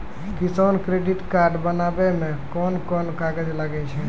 किसान credit card बनाबै मे कोन कोन कागज लागै छै?